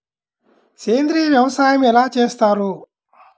సేంద్రీయ వ్యవసాయం ఎలా చేస్తారు?